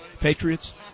Patriots